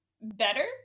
better